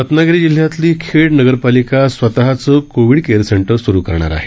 रत्नागिरी जिल्ह्यातली खे नगरपालिका स्वतःचं कोवि केअर सेंटर सूरू करणार आहे